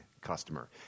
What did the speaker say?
customer